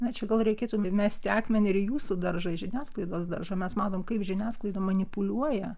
na čia gal reikėtų mesti akmenį į jūsų daržą žiniasklaidos daržą mes matom kaip žiniasklaida manipuliuoja